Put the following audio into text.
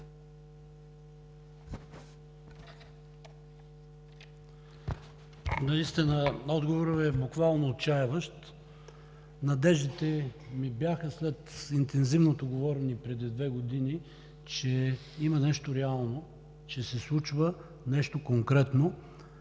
Наистина отговорът Ви е буквално отчайващ. Надеждите ми бяха – след интензивното говорене преди две години, че има нещо реално, че се случва нещо конкретно,